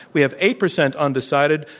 we have eight percent undecided.